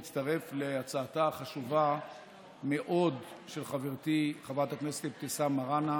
אני מצטרף להצעתה החשובה מאוד של חברתי חברת הכנסת אבתיסאם מראענה.